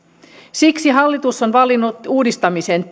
siksi hallitus on valinnut uudistamisen